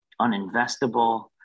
uninvestable